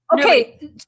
Okay